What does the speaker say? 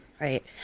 Right